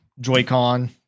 Joy-Con